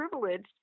privileged